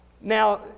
Now